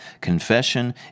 confession